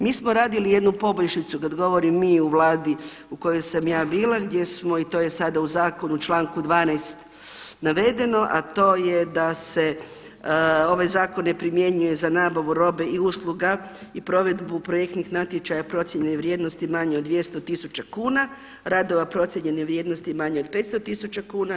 Mi smo radili jednu poboljšicu, kad govorim mi u Vladi u kojoj sam ja bila i to je sada u zakonu članku 12. navedeno, a to je da se ovaj zakon ne primjenjuje za nabavu robe i usluga i provedbu projektnih natječaja procjene vrijednosti manje od 200 tisuća kuna, radova procijenjene vrijednosti manje od 500 tisuća kuna.